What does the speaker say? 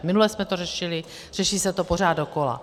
Minule jsme to řešili, řeší se to pořád dokola.